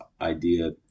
idea